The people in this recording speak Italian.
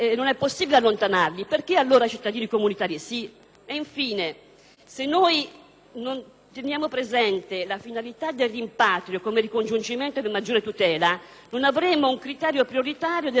comunitari? Se non teniamo presente la finalità del rimpatrio, quale ricongiungimento e maggiore tutela, non avremo un criterio prioritario del rientro, quale è proprio il ricongiungimento del nucleo familiare.